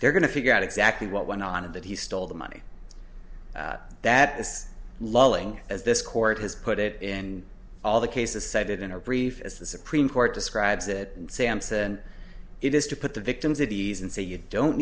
they're going to figure out exactly what went on and that he stole the money that is lulling as this court has put it in all the cases cited in our brief as the supreme court describes it sampson it is to put the victims of these and say you don't